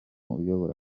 uyobora